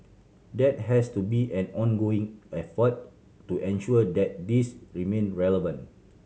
that has to be an ongoing effort to ensure that this remain relevant